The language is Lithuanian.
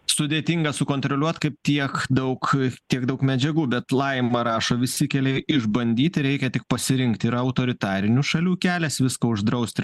sudėtinga sukontroliuot kaip tiek daug tiek daug medžiagų bet laima rašo visi keliai išbandyti reikia tik pasirinkti autoritarinių šalių kelias viską uždraust ir